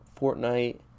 Fortnite